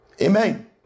Amen